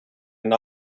and